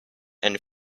and